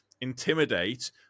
intimidate